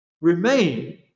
remain